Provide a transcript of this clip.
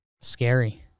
Scary